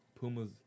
Pumas